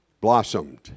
blossomed